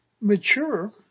mature